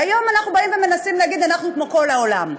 והיום אנחנו מנסים להגיד: אנחנו כמו כל העולם.